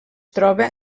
troba